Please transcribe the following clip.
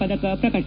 ಪದಕ ಪ್ರಕಟ